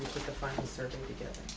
the final survey together. are